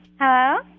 Hello